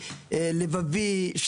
לבבי,